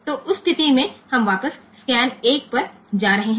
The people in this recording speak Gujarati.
તેથી તે કિસ્સામાં આપણે સ્કેન 1 પર પાછા જઈશું